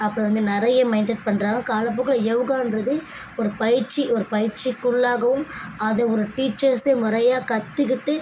அப்புறம் வந்து நிறைய மெயின்டன் பண்ணுறாங்க காலப்போக்கில் யோகான்றது ஒரு பயிற்சி ஒரு பயிற்சிக்குள்ளாகவும் அதை ஒரு டீச்சர்ஸ்ஸே முறையாக கற்றுக்கிட்டு